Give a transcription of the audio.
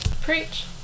Preach